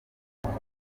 mbega